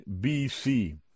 BC